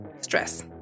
stress